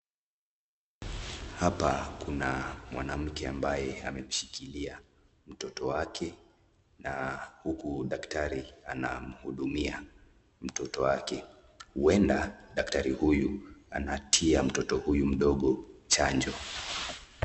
Hapa kuna mwanamke ambaye amemshikilia mtoto wake na huku daktari anamhudumia mtoto wake, huenda daktari huyu anatia mtoto huyu mdogo chanjo.